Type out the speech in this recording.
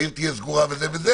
העיר תהיה סגורה וזה וזה,